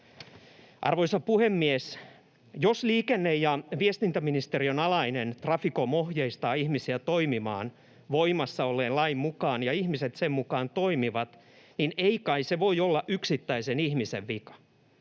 Arvoisa puhemies! Jos liikenne- ja viestintäministeriön alainen Traficom ohjeistaa ihmisiä toimimaan voimassa olleen lain mukaan ja ihmiset sen mukaan toimivat, niin ei kai se voi olla yksittäisen ihmisen vika.